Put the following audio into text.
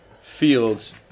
Fields